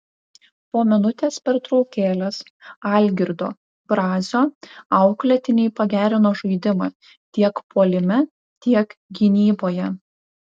po minutės pertraukėlės algirdo brazio auklėtiniai pagerino žaidimą tiek puolime tiek gynyboje